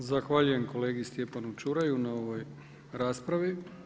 Zahvaljujem kolegi Stjepanu Čuraju na ovoj raspravi.